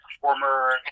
former